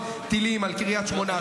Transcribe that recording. טילים על קריית שמונה,